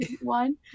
one